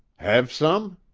hev some?